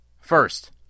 First